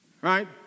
right